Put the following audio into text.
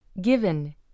given